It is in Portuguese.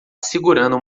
segurando